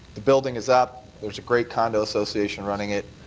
the building is up. there's a great condo association running it.